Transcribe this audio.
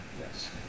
Yes